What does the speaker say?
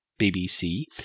BBC